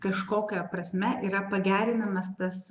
kažkokia prasme yra pagerinamas tas